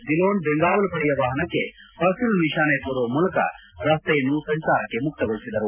ಧಿಲೋನ್ ಬೆಂಗಾವಲು ಪಡೆಯ ವಾಹನಕ್ಕೆ ಹಸಿರು ನಿಶಾನೆ ತೋರುವ ಮೂಲಕ ರಸ್ತೆಯನ್ನು ಸಂಚಾರಕ್ಷೆ ಮುಕ್ತಗೊಳಿಸಿದರು